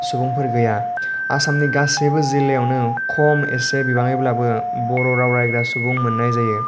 सुबुंफोर गैया आसामनि गासैबो जिलायावनो खम एसे बिबाङैब्लाबो बर' राव रायग्रा सुबुं मोननाय जायो